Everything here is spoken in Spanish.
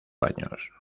años